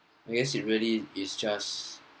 I guess it really is just